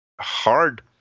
hard